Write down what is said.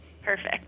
Perfect